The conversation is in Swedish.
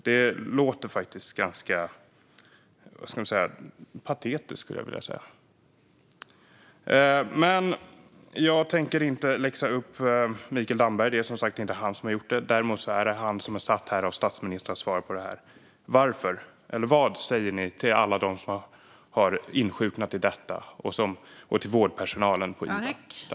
Det låter faktiskt ganska patetiskt. Jag tänker inte läxa upp Mikael Damberg. Det är som sagt inte han som har gjort detta. Däremot är det han som är satt här av statsministern att svara på interpellationen. Vad säger ni till alla de som har insjuknat och till vårdpersonalen på iva?